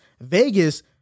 Vegas